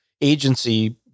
agency